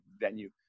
venue